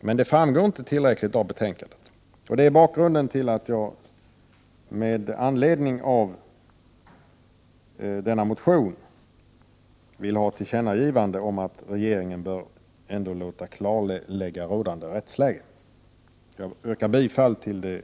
Men det framgår inte av betänkandet klart att det är så, och det är bakgrunden till att jag med anledning av denna motion vill ha ett tillkännagivande om att regeringen ändå bör låta klarlägga rådande rättsläge. Jag yrkar bifall till